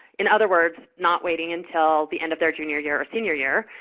in other words, not waiting until the end of their junior year or senior year,